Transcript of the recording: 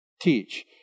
Teach